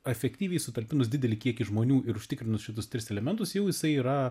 efektyviai sutalpinus didelį kiekį žmonių ir užtikrinus šitus tris elementus jau jisai yra